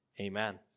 Amen